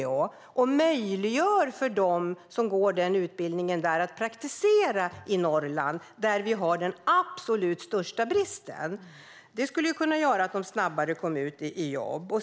På så sätt möjliggör man för dem som går utbildningen att praktisera i Norrland där vi har den absolut största bristen. Det skulle kunna göra att de snabbare kommer ut i jobb.